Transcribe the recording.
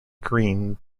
green